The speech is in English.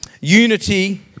Unity